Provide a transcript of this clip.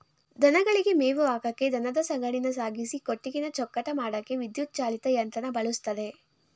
ದನಗಳಿಗೆ ಮೇವು ಹಾಕಕೆ ದನದ ಸಗಣಿನ ಸಾಗಿಸಿ ಕೊಟ್ಟಿಗೆನ ಚೊಕ್ಕಟ ಮಾಡಕೆ ವಿದ್ಯುತ್ ಚಾಲಿತ ಯಂತ್ರನ ಬಳುಸ್ತರೆ